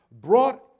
brought